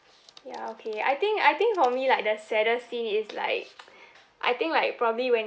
ya okay I think I think for me like the saddest scene is like I think like probably when